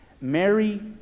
Mary